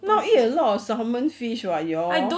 now eat a lot of salmon fish [what] you all